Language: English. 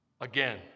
again